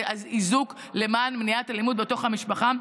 זה איזוק למען מניעת אלימות בתוך המשפחה.